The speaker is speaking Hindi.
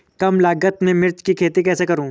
कम लागत में मिर्च की खेती कैसे करूँ?